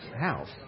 house